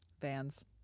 Vans